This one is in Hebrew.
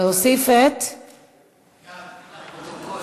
להוסיף אותי להצבעה.